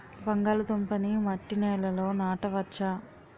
బంగాళదుంప నీ మట్టి నేలల్లో నాట వచ్చా?